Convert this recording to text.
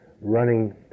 running